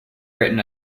written